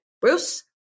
Bruce